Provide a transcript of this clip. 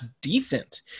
decent